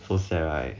so sad right